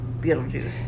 Beetlejuice